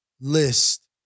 list